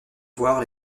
voir